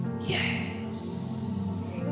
Yes